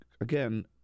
again